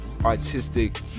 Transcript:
artistic